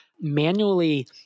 manually